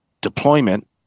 deployment